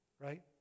right